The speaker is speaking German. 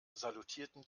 salutierten